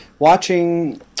Watching